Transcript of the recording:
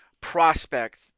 prospect